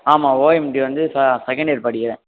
ஆமாம் ஓஎம்டி வந்து சா செகண்ட் இயர் படிக்கின்றேன்